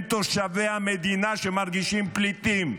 הם תושבי המדינה שמרגישים פליטים.